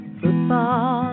Football